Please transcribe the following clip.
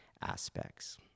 aspects